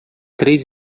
três